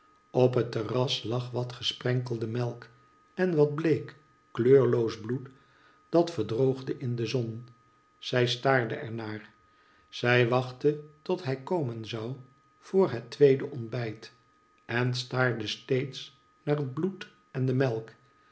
op het terras lag wat gesprenkelde melk en wat bleek kleurloos bloed dat verdroogde in de zon zij staarde er naar zij wachtte tot hij komen zou voor het tweede ontbijt en staarde steeds naar het bloed en de melk